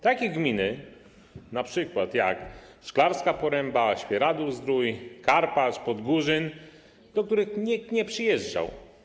Takie gminy np. jak Szklarska Poręba, Świeradów-Zdrój, Karpacz, Podgórzyn, do których nikt nie przyjeżdżał.